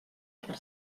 per